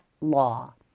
law